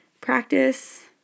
practice